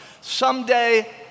Someday